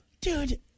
Dude